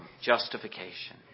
justification